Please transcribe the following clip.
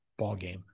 ballgame